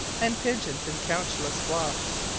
and pigeons in countless flocks.